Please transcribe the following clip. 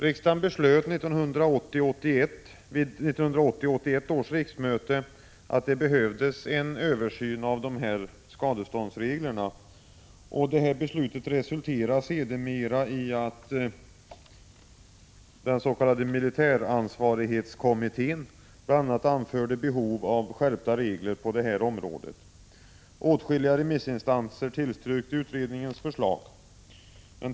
Riksdagen beslöt vid riksmötet 1980/81 att det behövdes en översyn av skadeståndsreglerna. Detta beslut resulterade sedermera i att en utredning tillsattes, militäransvarskommittén. Denna utredning anförde i sitt betänkande behov av skärpta regler på detta område. Åtskilliga remissinstanser tillstyrkte utredningens förslag.